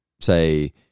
say